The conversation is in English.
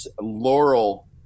laurel